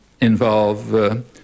involve